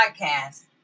Podcast